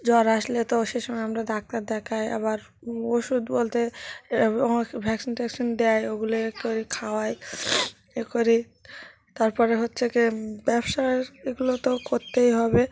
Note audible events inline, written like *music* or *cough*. জ্বর আসলে তো সে সময় আমরা ডাক্তার দেখাই আবার ওষুধ বলতে *unintelligible* ভ্যাকসিন ট্যাকসিন দেয় ওগুলো এ করি খাওয়াই এ করি তার পরে হচ্ছে কি ব্যবসা এগুলো তো করতেই হবে